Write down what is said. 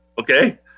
Okay